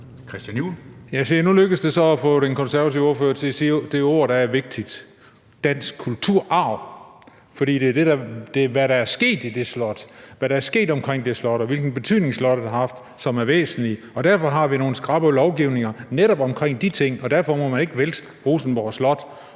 Christian Juhl (EL): Se, nu lykkedes det så at få den konservative ordfører til at sige det ord, der er vigtigt, nemlig dansk kulturarv. For det er væsentligt, hvad der er sket i det slot, hvad der er sket omkring det slot, og hvilken betydning slottet har haft. Det er det, der er væsentligt. Og derfor har vi noget skrap lovgivning netop omkring de ting, og derfor må man ikke vælte Rosenborg Slot.